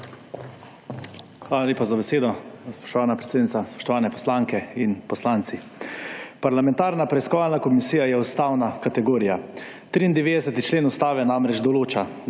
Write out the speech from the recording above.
Hvala za besedo, spoštovana predsednica. Spoštovane poslanke in poslanci. Parlamentarna preiskovalna komisija je ustavna kategorija. 93. člen Ustave namreč določa: